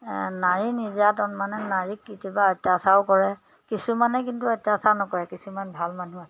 নাৰী নিৰ্যাতন মানে নাৰীক কেতিয়াবা অত্যাচাৰো কৰে কিছুমানে কিন্তু অত্যাচাৰ নকৰে কিছুমান ভাল মানুহ আছে